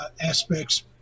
aspects